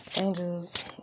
Angels